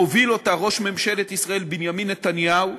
מוביל אותה ראש ממשלת ישראל, בנימין נתניהו,